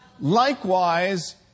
Likewise